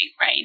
right